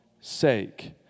sake